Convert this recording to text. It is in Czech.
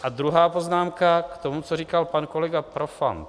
A druhá poznámka k tomu, co říkal pak kolega Profant.